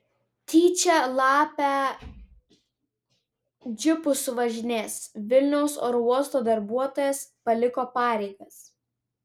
tyčia lapę džipu suvažinėjęs vilniaus oro uosto darbuotojas paliko pareigas